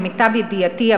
למיטב ידיעתי,